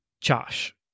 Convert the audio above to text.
Josh